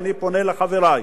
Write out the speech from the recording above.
ואני פונה לחברי,